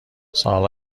سالها